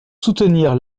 soutenir